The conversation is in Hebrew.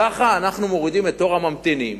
כך אנחנו מורידים את תור הממתינים.